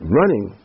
running